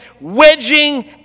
wedging